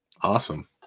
Awesome